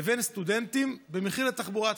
לבין סטודנטים במחיר של תחבורה ציבורית.